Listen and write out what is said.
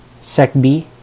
SECB